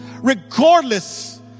regardless